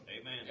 Amen